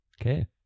Okay